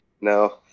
No